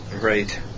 Right